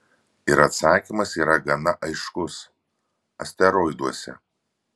ir atsakymas yra gana aiškus asteroiduose